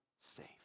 safe